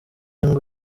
ngo